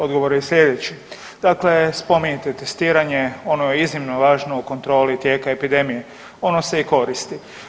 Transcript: Odgovor je sljedeći, dakle spominjete testiranje ono je iznimno važno u kontroli tijeka epidemije, ono se i koristi.